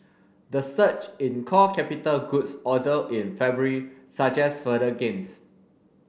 the surge in core capital goods order in February suggests further gains